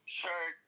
sure